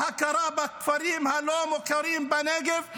להכרה בכפרים הלא-מוכרים בנגב,